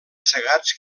segats